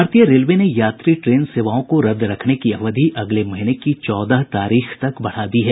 भारतीय रेलवे ने यात्री ट्रेन सेवाओं को रद्द रखने की अवधि अगले महीने की चौदह तारीख तक बढ़ा दी है